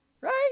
Right